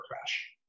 crash